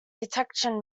detection